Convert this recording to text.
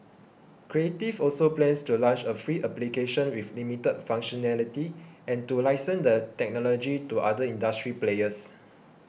creative also plans to launch a free application with limited functionality and to license the technology to other industry players